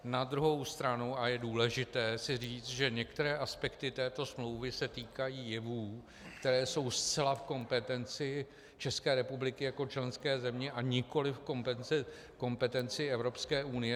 Na druhou stranu je důležité si říct, že některé aspekty této smlouvy se týkají jevů, které jsou zcela v kompetenci České republiky jako členské země, a nikoliv kompetenci Evropské unie.